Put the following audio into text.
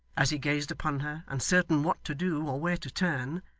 as he gazed upon her, uncertain what to do or where to turn,